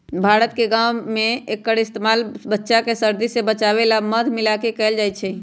भारत के गाँव में एक्कर इस्तेमाल बच्चा के सर्दी से बचावे ला मध मिलाके कएल जाई छई